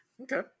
Okay